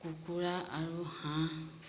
কুকুৰা আৰু হাঁহ